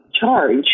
charge